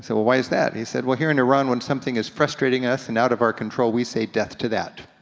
so well why is that? he said, well here in iran when something is frustrating us and out of our control, we say to death to that.